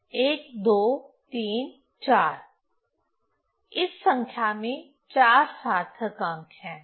1 2 3 4 इस संख्या में 4 सार्थक अंक हैं